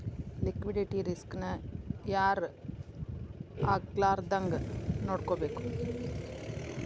Liquidity risk ನ ಯಾರ್ ಆಗ್ಲಾರ್ದಂಗ್ ನೊಡ್ಕೊಬೇಕು?